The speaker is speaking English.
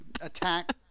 attack